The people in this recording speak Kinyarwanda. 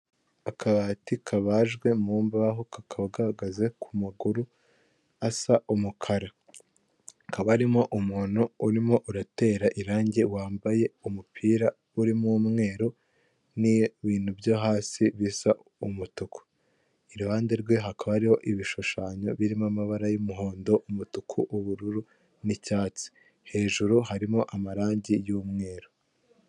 Akabati kabajwe mu mbaho kakaba gahagaze ku maguru asa umukara hakaba harimo umuntu urimo uratera irange wambaye umupira urimo umweru n'ibintu byo hasi bisa umutuku, iruhande rwe hakaba hariho ibishushanyo birimo amabara y'umuhondo umutuku, ubururu n'icyatsi hejuru harimo amarange y'umweru.